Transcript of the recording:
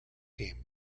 team